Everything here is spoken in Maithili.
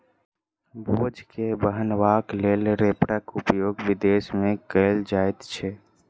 बोझ के बन्हबाक लेल रैपरक उपयोग विदेश मे कयल जाइत छै